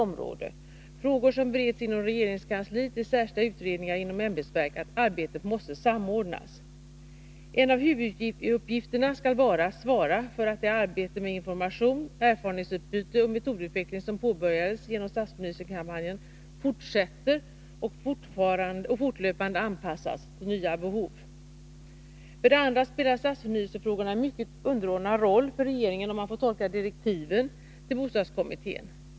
Det är frågor som bereds inom regeringskansliet, i särskilda utredningar och inom ämbetsverk. En av huvuduppgifterna skall vara att svara för att det arbete med information, erfarenhetsutbyte och Nr 118 metodutveckling som påbörjades genom stadsförnyelsekampanjen fortsätter och fortlöpande anpassas till nya behov. För det andra spelar stadsförnyelsefrågorna en mycket underordnad roll för regeringen, att döma av direktiven till bostadskommittén.